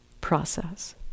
process